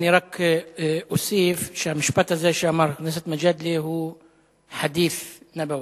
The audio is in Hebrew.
אני רק אוסיף שהמשפט הזה שאמר חבר הכנסת מג'אדלה הוא חדית' נבווי,